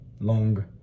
long